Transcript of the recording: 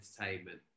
entertainment